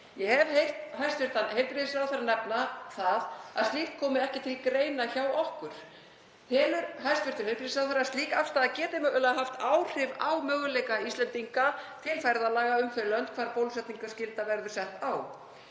Ég hef heyrt hæstv. heilbrigðisráðherra nefna það að slíkt komi ekki til greina hjá okkur. Telur hæstv. heilbrigðisráðherra að slík afstaða geti mögulega haft áhrif á möguleika Íslendinga til ferðalaga um þau lönd hvar bólusetningarskylda verður sett á?